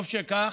טוב שכך,